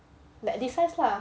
like this size lah